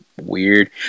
weird